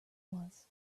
was